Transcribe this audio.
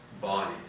body